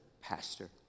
pastor